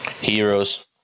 Heroes